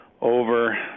over